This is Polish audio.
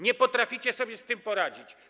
Nie potraficie sobie z tym poradzić.